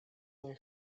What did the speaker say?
nie